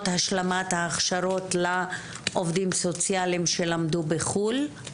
השלמת ההכשרות לעובדים סוציאליים שלמדו בחו"ל.